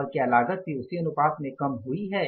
और क्या लागत भी उसी अनुपात में कम हुई है